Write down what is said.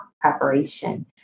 preparation